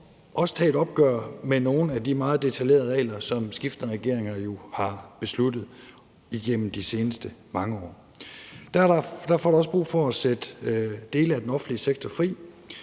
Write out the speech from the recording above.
også tage et opgør med nogle af de meget detaljerede regler, som skiftende regeringer har besluttet igennem de seneste mange år. Derfor er der også brug for at sætte dele af den offentlige sektor fri.